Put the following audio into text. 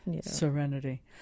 serenity